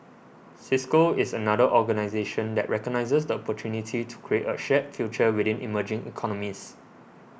Cisco is another organisation that recognises the opportunity to create a shared future within emerging economies